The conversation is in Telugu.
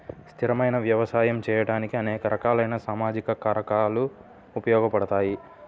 స్థిరమైన వ్యవసాయం చేయడానికి అనేక రకాలైన సామాజిక కారకాలు ఉపయోగపడతాయి